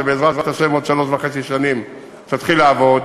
שבעזרת השם עוד שלוש שנים וחצי תתחיל לעבוד,